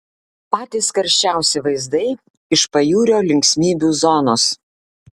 patys karščiausi vaizdai iš pajūrio linksmybių zonos